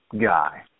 guy